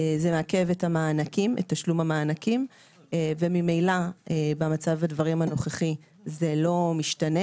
זה מעכב את תשלום המענקים וממילא במצב הדברים הנוכחים זה לא משתנה